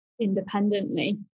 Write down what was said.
independently